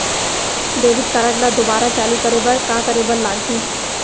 Debit card ला दोबारा चालू करे बर का करे बर लागही?